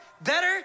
better